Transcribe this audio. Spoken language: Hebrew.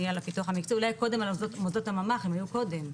אולי קודם על מוסדות הממח"ים היו קודם,